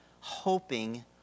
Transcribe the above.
hoping